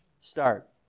start